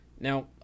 Now